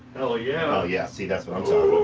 oh yeah. oh yeah. see, that's what i'm so